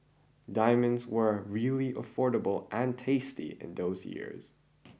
diamonds were really affordable and tasty in those years